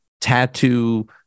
tattoo